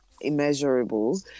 immeasurable